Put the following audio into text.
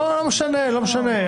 לא משנה, לא משנה.